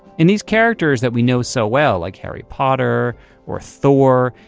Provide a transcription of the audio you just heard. and these characters that we know so well, like harry potter or thor,